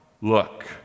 look